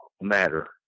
matter